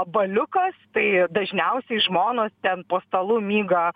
baliukas tai dažniausiai žmonos ten po stalu myga